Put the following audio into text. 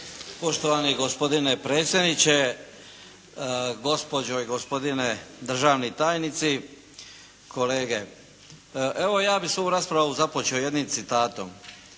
Poštovani gospodine predsjedniče, gospođo i gospodine državni tajnici, kolege. Evo ja bih svoju raspravu započeo jednim citatom.